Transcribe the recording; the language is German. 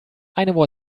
eine